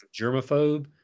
germaphobe